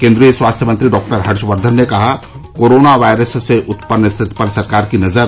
केन्द्रीय स्वास्थ्य मंत्री डॉक्टर हर्षवर्धन ने कहा कोरोना वायरस से उत्यन्न स्थिति पर सरकार की नजर